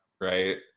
right